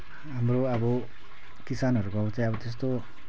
हाम्रो अब किसानहरूको चाहिँ अब त्यस्तो